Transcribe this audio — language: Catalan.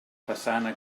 façana